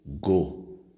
Go